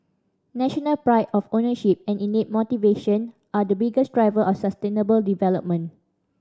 national pride of ownership and innate motivation are the biggest driver of sustainable development